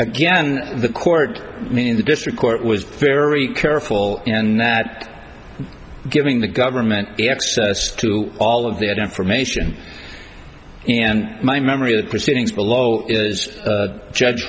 again the court meaning the district court was very careful and that giving the government the access to all of their information and my memory of the proceedings below is judge